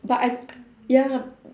but I ya